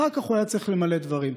אחר כך הוא היה צריך למלא דברים.